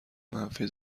منفی